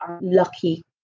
lucky